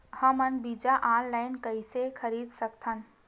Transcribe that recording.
हमन बीजा ऑनलाइन कइसे खरीद सकथन?